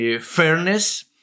Fairness